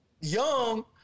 young